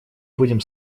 будем